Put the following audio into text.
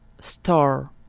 store